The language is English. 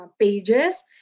pages